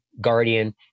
guardian